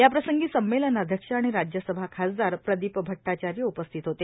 याप्रसंपी संमेलनाध्यक्ष आणि राज्यसभा खासदार प्रदीप भट्टाचार्य उपस्थित होते